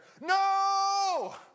No